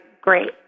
great